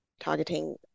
targeting